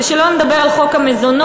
שלא לדבר על חוק המזונות,